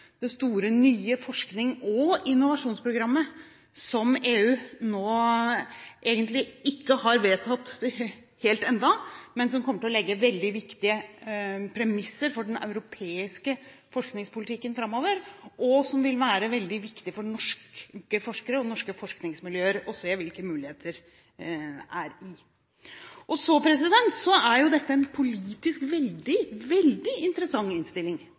det store, nye forsknings- og innovasjonsprogrammet. EU har egentlig ikke helt vedtatt det ennå, men det kommer til å legge veldig viktige premisser for den europeiske forskningspolitikken framover. For norske forskere og norske forskningsmiljøer vil det være veldig viktig å se hvilke muligheter som ligger der. Dette er en politisk veldig, veldig interessant innstilling